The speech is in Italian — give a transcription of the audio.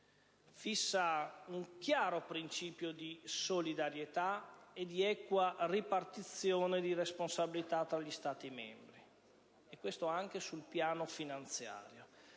fissa un chiaro principio di solidarietà e di equa ripartizione di responsabilità tra gli Stati membri, e questo anche sul piano finanziario,